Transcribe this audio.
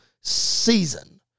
season